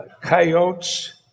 coyotes